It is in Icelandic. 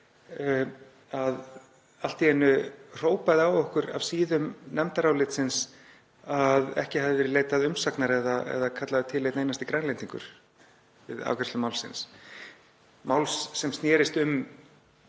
og allt í einu hrópaði á okkur af síðum nefndarálitsins að ekki hafði verið leitað umsagnar eða kallaður til einn einasti Grænlendingur við afgreiðslu málsins, máls sem snerist um